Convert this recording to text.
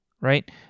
right